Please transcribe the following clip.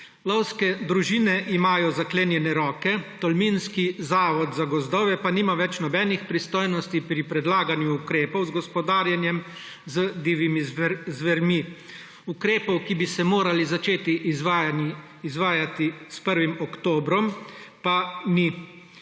Lovske družine imajo zaklenjene roke, tolminski zavod za gozdove pa nima več nobenih pristojnosti pri predlaganju ukrepov za gospodarjenje z divjimi zvermi, ukrepov, ki bi se morali začeti izvajati s 1. oktobrom, pa ni.